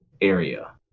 area